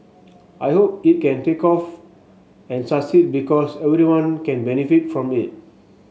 I hope it can take off and succeed because everyone can benefit from it